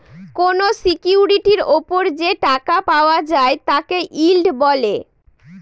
কোনো সিকিউরিটির ওপর যে টাকা পাওয়া যায় তাকে ইল্ড বলে